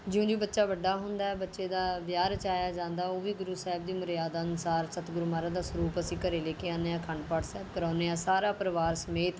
ਜਿਉਂ ਜਿਉਂ ਬੱਚਾ ਵੱਡਾ ਹੁੰਦਾ ਹੈ ਬੱਚੇ ਦਾ ਵਿਆਹ ਰਚਾਇਆ ਜਾਂਦਾ ਉਹ ਵੀ ਗੁਰੂ ਸਾਹਿਬ ਦੀ ਮਰਿਆਦਾ ਅਨੁਸਾਰ ਸਤਿਗੁਰ ਮਹਾਰਾਜ ਦਾ ਸਰੂਪ ਅਸੀਂ ਘਰੇ ਲੈ ਕੇ ਆਉਂਦੇ ਹਾਂ ਅਖੰਡ ਪਾਠ ਸਾਹਿਬ ਕਰਵਾਉਂਦੇ ਹਾਂ ਸਾਰਾ ਪਰਿਵਾਰ ਸਮੇਤ